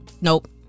Nope